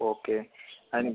okay അതിന്